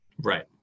Right